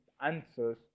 answers